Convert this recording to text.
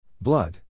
Blood